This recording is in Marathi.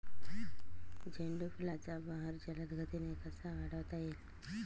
झेंडू फुलांचा बहर जलद गतीने कसा वाढवता येईल?